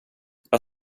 vad